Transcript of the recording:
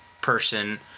person